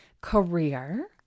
career